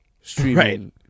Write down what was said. streaming